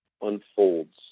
unfolds